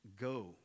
Go